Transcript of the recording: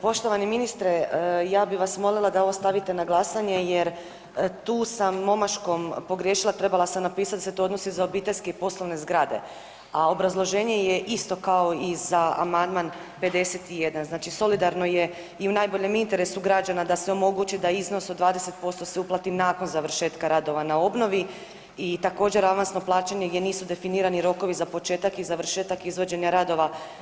Poštovani ministre, ja bih molila da ovo stavite na glasanje jer tu sam omaškom pogriješila, trebala sam napisati da se to odnosi za obiteljske i poslovne zgrade, a obrazloženje je isto kao i za amandman 51, znači solidarno je i u najboljem interesu građana da se omogući da iznos od 20% se uplati nakon završetka radova na obnovi i također avansno plaćanje gdje nisu definirani rokovi za početak i završetak izvođenja radova.